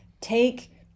take